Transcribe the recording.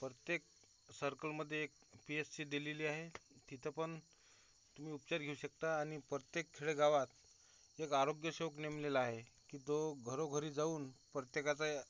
प्रत्येक सर्कलमद्दे एक पीएससी दिलेल्ली आय तिथंपन तुमी उपचार घेऊ शकता आनि प्रत्येक खेळेगावात येक आरोग्यसेवक नेमलेला आए की तो घरोघरी जाऊन पर्त्तेकाचा